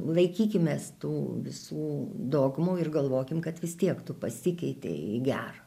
laikykimės tų visų dogmų ir galvokim kad vis tiek tu pasikeitei į gera